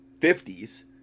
50s